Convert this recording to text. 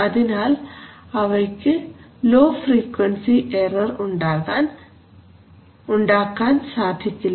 അതിനാൽ അവയ്ക്ക് low frequency error ഉണ്ടാക്കാൻ സാധിക്കില്ല